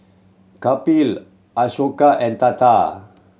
Kapil Ashoka and Tata